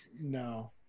No